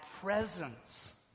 presence